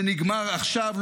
זה נגמר עכשיו,